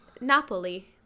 Napoli